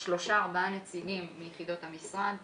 שלושה-ארבעה נציגים מיחידות המשרד,